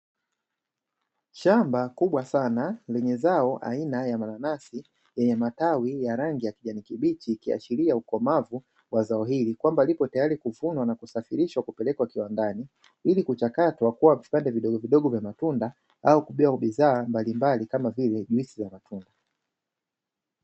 Shamba kubwa sana lenye zao aina ya mananasi yenye matawi ya rangi ya kijani kibichi ikiashiria ukomavu wa zao hili kwamba lipo tayari kuvunwa na kusafirishwa kupelekwa kiwandani, ili kuchakatwa kuwa vipande vidogovidogo vya matunda au kuwa bidhaa mbalimbali kama vile juisi za matunda.